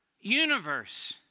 universe